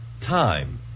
time